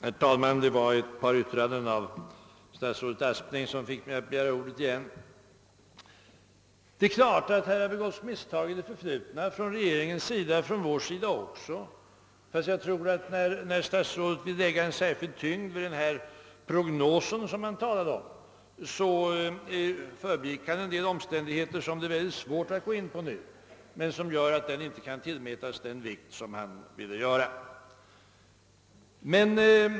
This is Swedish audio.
Herr talman! Det var ett par yttranden av statsrådet Aspling som fick mig att begära ordet igen. Det är klart att här har begåtts misstag i det förflutna från regeringens sida och även från vår sida. Men när statsrådet vill lägga en särskild tyngd vid den prognos han talade om, måste det framhållas att han förbigick en del omstän digheter som det är mycket svårt att nu gå in på men som gör att den inte kan tillmätas den vikt statsrådet ville tilllägga den.